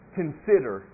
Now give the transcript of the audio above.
consider